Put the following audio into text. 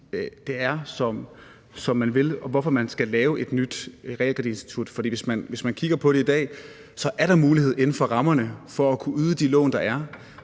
er, som man vil, og hvorfor man skal lave et nyt realkreditinstitut. For hvis man kigger på det i dag, er der mulighed inden for rammerne for at kunne yde de lån, der er.